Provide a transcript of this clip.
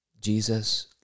Jesus